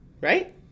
right